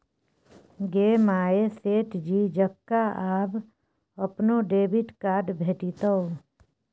गे माय सेठ जी जकां आब अपनो डेबिट कार्ड भेटितौ